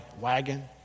wagon